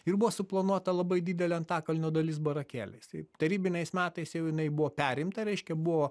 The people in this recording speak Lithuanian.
ir buvo suplanuota labai didelė antakalnio dalis barakėliais tai tarybiniais metais jau jinai buvo perimta reiškia buvo